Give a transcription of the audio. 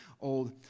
old